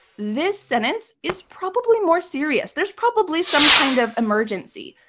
this sentence is probably more serious. there's probably some kind of emergency.